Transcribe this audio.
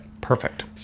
Perfect